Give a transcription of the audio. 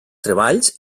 treballs